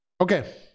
Okay